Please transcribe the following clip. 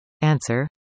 Answer